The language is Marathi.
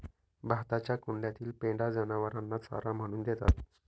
भाताच्या कुंड्यातील पेंढा जनावरांना चारा म्हणून देतात